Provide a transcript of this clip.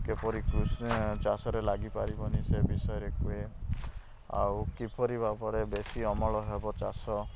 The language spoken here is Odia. କିପରି ଚାଷରେ ଲାଗି ପାରିବନି ସେ ବିଷୟରେ କୁହେ ଆଉ କିପରି ଭାବରେ ବେଶୀ ଅମଳ ହେବ ଚାଷ